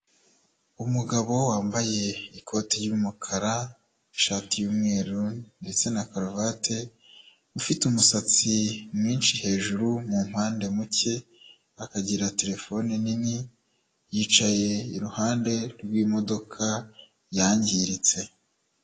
Umugabo wambaye ikoti ry'umukara, ishati y'umweru ndetse na karuvate, ufite umusatsi mwinshi hejuru, mu mpande muke akagira terefone nini; yicaye iruhande rw'imodoka yangiritse.